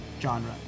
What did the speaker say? genre